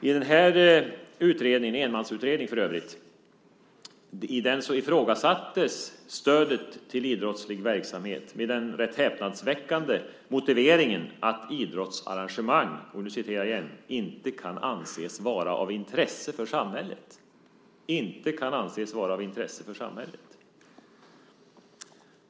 I den utredningen, som för övrigt var en enmansutredning, ifrågasattes stödet till idrottslig verksamhet med den rätt häpnadsväckande motiveringen att idrottsarrangemang inte kan anses vara av intresse för samhället - inte kan anses vara av intresse för samhället!